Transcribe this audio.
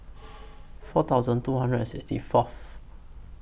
four thousand two hundred and sixty Fourth